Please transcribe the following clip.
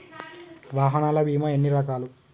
వాహనాల బీమా ఎన్ని రకాలు?